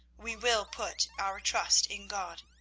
we will put our trust in god.